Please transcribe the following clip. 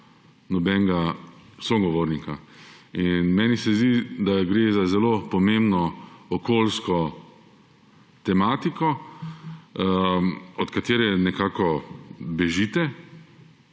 nobenega sogovornika. In meni se zdi, da gre za zelo pomembno okoljsko tematiko, od katere nekako bežite